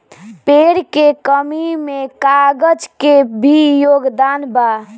पेड़ के कमी में कागज के भी योगदान बा